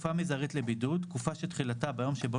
""תקופה מזערית לבידוד" תקופה שתחילתה ביום שבו